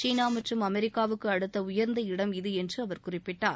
சீனா மற்றும் அமெரிக்காவுக்கு அடுத்த உயர்ந்த இடம் இது என்று அவர் குறிப்பிட்டார்